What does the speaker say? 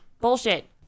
bullshit